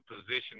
position